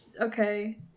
okay